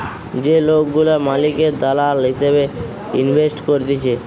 যে লোকগুলা মালিকের দালাল হিসেবে ইনভেস্ট করতিছে